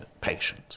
patient